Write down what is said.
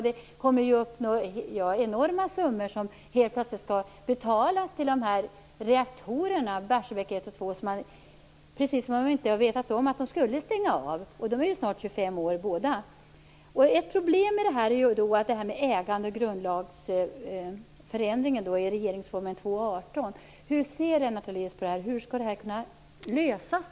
Det är enorma summor som helt plötsligt skall betalas till reaktorerna Barsebäck 1 och 2, precis som om ingen vetat om att de skulle stängas av. Båda reaktorerna är snart 25 år. Ett problem är ägandet och förändringen i grundlagen, regeringsformen 2 kap. 18 §. Hur ser Lennart Daléus på det? Hur skall detta problem kunna lösas?